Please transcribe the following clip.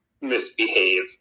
misbehave